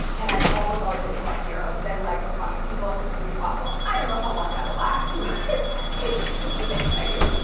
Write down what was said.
and i'm almost always at inbox zero because i like responding people as quickly as possible. i don't know how long that'll last, but it's just a thing that i do.